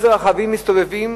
איזה רכבים מסתובבים,